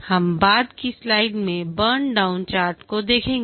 हम बाद की स्लाइड्स में बर्न डाउन चार्ट को देखेंगे